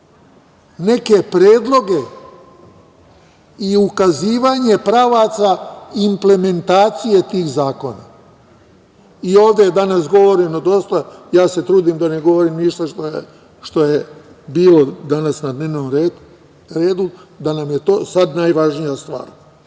neke predloge i ukazivanje pravaca implementacije tih zakona. I ovde je danas govoreno dosta, ja se trudim da ne govorim ništa što je bilo danas na dnevnom redu, da nam je to sada najvažnija stvar. Ono